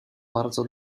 bardzo